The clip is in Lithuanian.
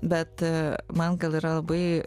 bet man gal yra labai